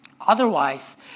Otherwise